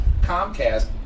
Comcast